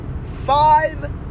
five